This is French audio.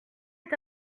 est